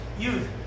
youth